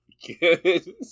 good